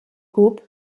groupe